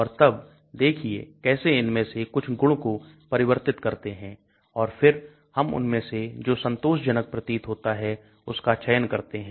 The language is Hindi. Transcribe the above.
और तब देखिए कैसे इनमें से कुछ गुण को परिवर्तित करते हैं और फिर हम उनमें से जो संतोषजनक प्रतीत होता है उसका चयन करते हैं